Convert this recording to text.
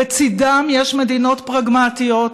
בצידם יש מדינות פרגמטיות,